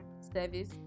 service